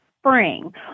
spring